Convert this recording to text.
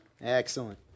Excellent